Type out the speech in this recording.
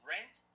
Rent